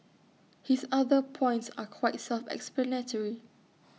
his other points are quite self explanatory